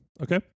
Okay